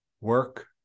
work